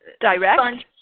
direct